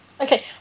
Okay